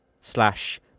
slash